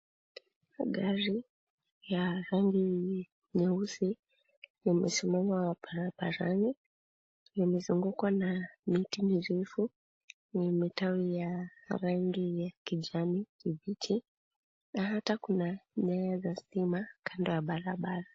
Gari ya rangi nyeusi imesimama barabarani. lmezungukwa na miti mirefu yenye matawi ya rangi ya kijani kibichi na hata kuna nyaya za stima kando ya barabara.